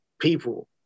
people